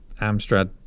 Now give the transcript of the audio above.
amstrad